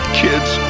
kids